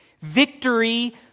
victory